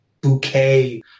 bouquet